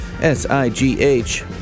S-I-G-H